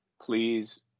please